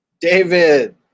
David